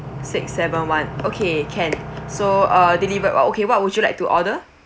six seven one okay can so uh delivered what okay what would you like to order